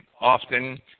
often